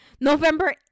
November